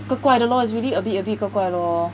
怪怪的 lor it's really a bit 怪怪 lor